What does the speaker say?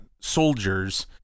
soldiers